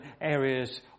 areas